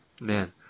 man